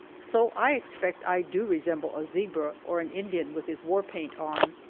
so i expect i do resemble a zebra or an indian with his war paint on.